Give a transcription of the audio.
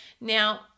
now